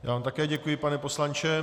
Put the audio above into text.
Já vám také děkuji, pane poslanče.